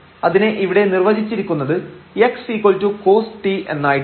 അതിനെ ഇവിടെ നിർവചിച്ചിരിക്കുന്നത് xcos t എന്നായിട്ടാണ്